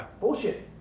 Bullshit